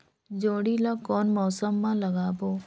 जोणी ला कोन मौसम मा लगाबो?